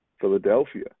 Philadelphia